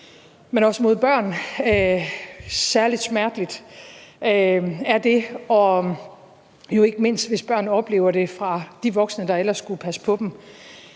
men også mod børn. Særlig smerteligt er det jo ikke mindst, hvis børn oplever det fra de voksne, der ellers skulle passe på dem.